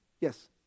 Yes